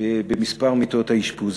במספר מיטות האשפוז.